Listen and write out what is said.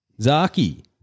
Zaki